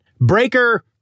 Breaker